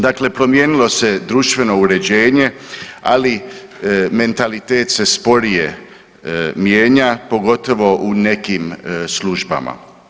Dakle, promijenilo se društveno uređenje, ali mentalitet se sporije mijenja pogotovo u nekim službama.